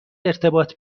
ارتباط